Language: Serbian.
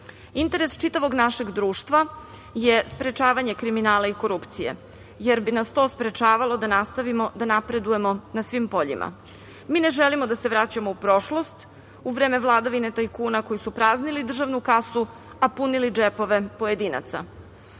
Interes čitavog našeg društva je sprečavanje kriminala i korupcije, jer bi nas to sprečavalo da nastavimo, da napredujemo na svim poljima. Mi ne želimo da se vraćamo u prošlost, u vreme vladavine tajkuna koji su praznili državnu kasu, a punili džepove pojedinaca. Takođe,